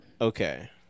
Okay